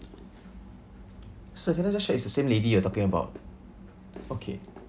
sir can I just check it's the same lady you are talking about okay